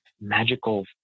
magical